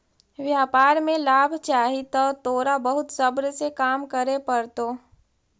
व्यापार में लाभ चाहि त तोरा बहुत सब्र से काम करे पड़तो